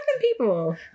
people